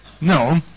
No